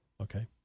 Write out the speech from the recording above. Okay